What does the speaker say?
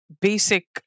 basic